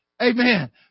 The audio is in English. Amen